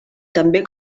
també